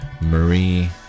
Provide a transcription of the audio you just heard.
marie